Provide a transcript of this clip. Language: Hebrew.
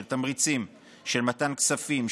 של מתן כספים,